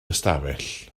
ystafell